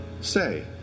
Say